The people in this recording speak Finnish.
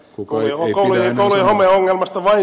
ei pidä enää sanoa